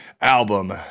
album